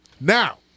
now